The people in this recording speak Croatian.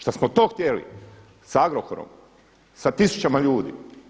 Šta smo to htjeli sa Agrokorom, sa tisućama ljudi?